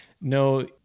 No